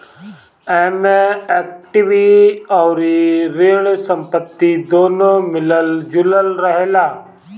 एमे इक्विटी अउरी ऋण संपत्ति दूनो मिलल जुलल रहेला